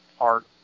art